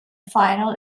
final